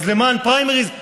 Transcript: אז למען פריימריז?